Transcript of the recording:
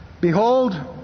Behold